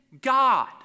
God